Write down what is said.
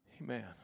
Amen